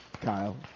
Kyle